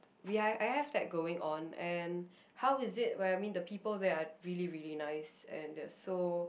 we are I have that going on and how is it well I mean the people there are really really nice and they're so